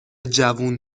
جوون